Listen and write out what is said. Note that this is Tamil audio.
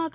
மக